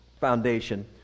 Foundation